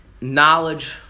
knowledge